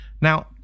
Now